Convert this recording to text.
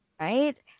Right